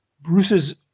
Bruce's